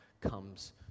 comes